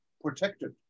protected